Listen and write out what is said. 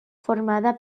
formada